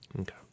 Okay